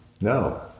no